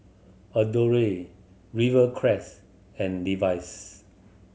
Adore Rivercrest and Levi's